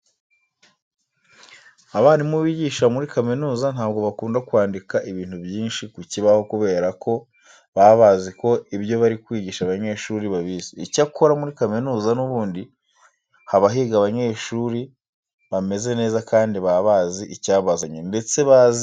Abarimu bigisha muri kaminuza ntabwo bakunda kwandika ibintu byinshi ku kibaho kubera ko baba bazi ko ibyo bari kwigisha abanyeshuri babizi. Icyakora muri kaminuza n'ubundi haba higa abanyeshuri bameze neza kandi baba bazi icyabazanye ndetse bazi n'agaciro kacyo.